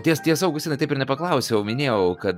ties tiesa augustinai taip ir nepaklausiau minėjau kad